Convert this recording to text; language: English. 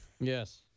yes